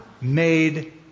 made